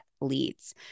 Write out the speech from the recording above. leads